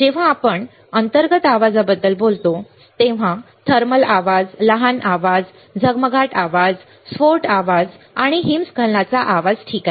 जेव्हा आपण अंतर्गत आवाजाबद्दल बोलतो तेव्हा थर्मल आवाज लहान आवाज झगमगाट आवाज स्फोट आवाज आणि हिमस्खलनाचा आवाज ठीक आहे